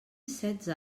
setze